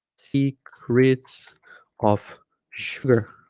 secrets of sugar